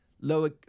lower